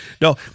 No